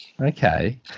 Okay